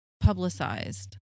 publicized